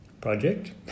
project